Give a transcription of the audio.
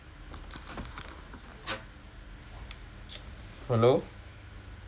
hello